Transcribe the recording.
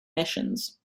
missions